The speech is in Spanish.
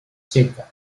checa